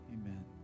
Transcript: Amen